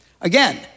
Again